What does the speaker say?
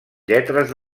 lletres